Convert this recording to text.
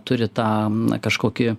turi tą kažkokį